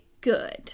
good